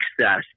success